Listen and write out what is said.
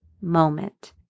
moment